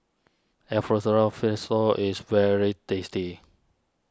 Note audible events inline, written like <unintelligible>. <unintelligible> is very tasty